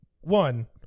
one